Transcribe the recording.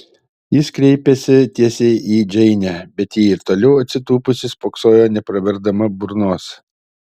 jis kreipėsi tiesiai į džeinę bet ji ir toliau atsitūpusi spoksojo nepraverdama burnos